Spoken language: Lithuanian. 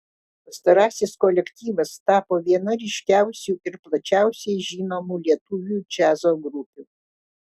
pastarasis kolektyvas tapo viena ryškiausių ir plačiausiai žinomų lietuvių džiazo grupių